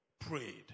prayed